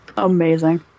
amazing